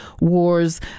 wars